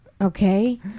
okay